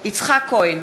יצחק כהן,